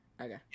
okay